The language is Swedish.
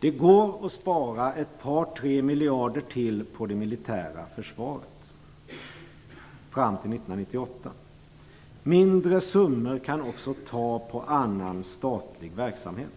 Det går att spara ett par tre miljarder till på det militära försvaret fram till 1998. Mindre summor kan också tas på annan statlig verksamhet.